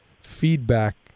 feedback